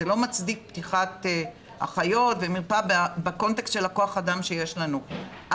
זה לא מצדיק פתיחת אחיות ומרפאה בקונטקסט של כח האדם שיש לנו,